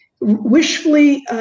wishfully